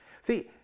See